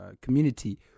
community